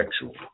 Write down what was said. sexual